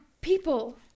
people